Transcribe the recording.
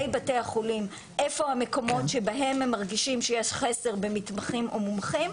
בתי החולים איפה המקומות שבהם הם מרגישים שיש חסר במתמחים או מומחים,